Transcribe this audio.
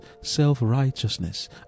self-righteousness